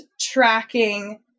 tracking